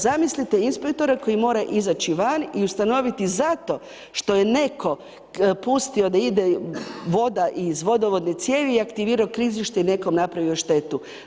Zamislite inspektora koji mora izaći van i ustanoviti zato što je netko pustio da ide voda iz vodovodne cijevi i aktivirao klizište i nekom napravio štetu.